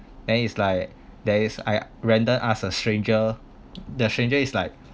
then it's like there is I random ask a stranger the stranger is like